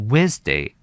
Wednesday